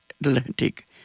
Atlantic